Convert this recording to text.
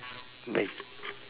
bye